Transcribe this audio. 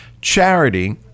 Charity